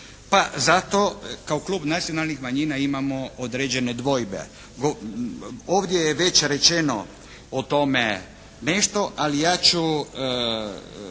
pa zato kao klub Nacionalnih manjina imamo određene dvojbe. Ovdje je već rečeno o tome nešto, ali ja ću